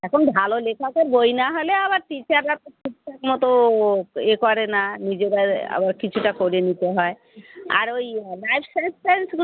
এখন ভালো লেখকের বই না হলে আবার টিচাররা তো ঠিকঠাক মতো ইয়ে করে না নিজেদের আবার কিছুটা করে নিতে হয় আর ওই লাইফ সাইন্স স্যার শুধু